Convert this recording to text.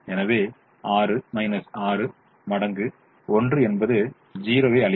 எனவே 6 6 மடங்கு 1 என்பது 0 வை அளிக்கும்